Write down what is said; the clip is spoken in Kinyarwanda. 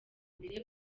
mbere